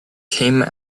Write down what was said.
came